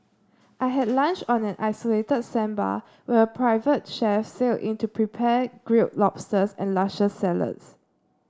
I had lunch on an isolated sandbar where a private chef sailed in to prepare grilled lobsters and luscious salads